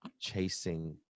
chasing